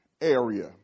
area